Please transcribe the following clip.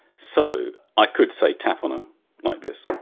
so i could say tap um ah like this.